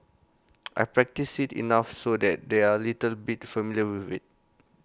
I practice IT enough so that they are little bit familiar with IT